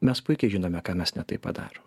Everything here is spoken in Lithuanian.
mes puikiai žinome ką mes ne taip padaro